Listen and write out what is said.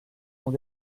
ont